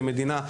כמדינה,